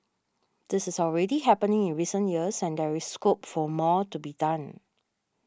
this is already happening in recent years and there is scope for more to be done